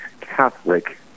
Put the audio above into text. Catholic